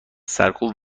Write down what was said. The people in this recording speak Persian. سرکوب